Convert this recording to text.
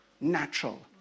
natural